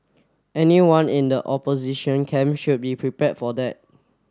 anyone in the opposition camp should be prepared for that